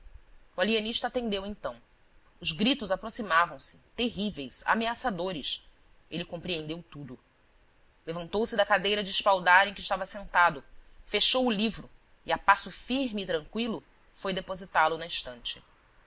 o alienista atendeu então os gritos aproximavam-se terríveis ameaçadores ele compreendeu tudo levantou-se da cadeira de espaldar em que estava sentado fechou o livro e a passo firme e tranqüilo foi depositá lo na estante